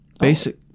Basic